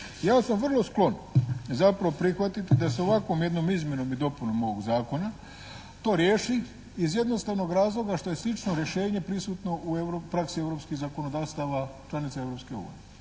Ja sam vrlo sklon zapravo prihvatiti da se ovakvom jednom izmjenom i dopunom ovog zakona to riješi iz jednostavnog razloga što je slično rješenje prisutno u praksi europskih zakonodavstava članica Europske unije,